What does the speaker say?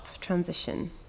transition